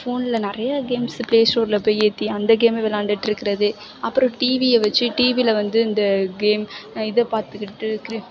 ஃபோனில் நிறைய கேம்ஸ் இருக்கு பிளே ஸ்டோரில் போய் ஏற்றி அந்த கேமை விளாண்டுட்டு இருக்கிறது அப்பறம் டிவியை வச்சு டிவியில் வந்து இந்த கேம் இதை பார்த்துகிட்டு